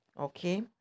okay